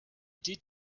did